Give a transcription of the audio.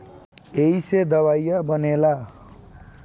ऐइसे दवाइयो बनेला